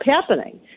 happening